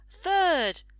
third